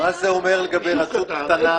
לגבי רשות קטנה,